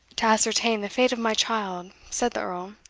to ascertain the fate of my child, said the earl,